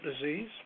disease